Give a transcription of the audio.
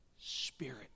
Spirit